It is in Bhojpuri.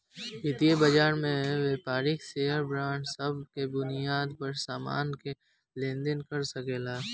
वितीय बाजार में व्यापारी शेयर बांड सब के बुनियाद पर सामान के लेन देन कर सकेला